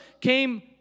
came